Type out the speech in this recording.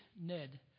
Ned